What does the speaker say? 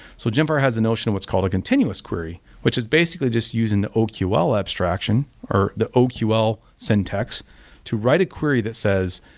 so gemfire has a notion which is called a continuous query, which is basically just using the oql abstraction, or the oql syntax to write a query that says,